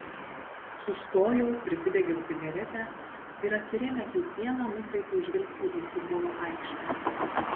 sustojau prisidegiau cigaretę ir atsirėmęs į sieną nukreipiau žvilgsnį į futbolo aikštę